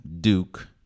Duke